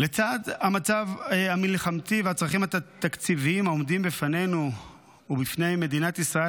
לצד המצב המלחמתי והצרכים התקציביים העומדים בפנינו ובפני מדינת ישראל,